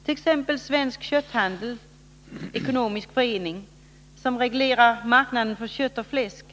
Som exempel kan nämnas Svensk Kötthandel, en ekonomisk förening som reglerar marknaden för kött och fläsk.